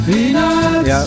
Peanuts